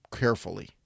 carefully